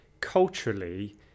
culturally